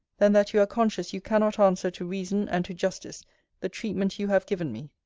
than that you are conscious you cannot answer to reason and to justice the treatment you have given me.